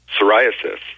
psoriasis